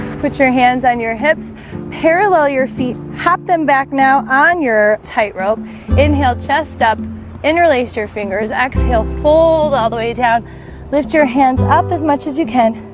put your hands on your hips parallel your feet hop them back now on your tightrope inhale chest up interlace your fingers exhale fold all the way down lift your hands up as much as you can